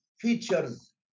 features